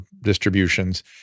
distributions